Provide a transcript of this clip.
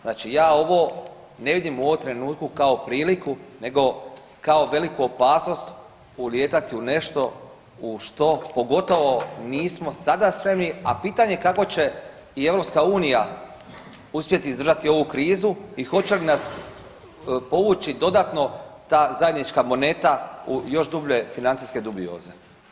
Znači ja ovo ne vidim u ovom trenutku kao priliku nego kao veliku opasnost ulijetati u nešto u što pogotovo nismo sada spremni, a pitanje kako će i EU uspjeti izdržati ovu krizu i hoće li nas povući dodatno ta zajednička moneta u još dublje financijske dubioze.